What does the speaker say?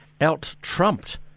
out-trumped